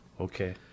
Okay